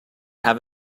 have